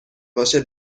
باشه